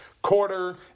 quarter